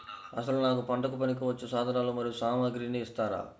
అసలు నాకు పంటకు పనికివచ్చే సాధనాలు మరియు సామగ్రిని ఇస్తారా?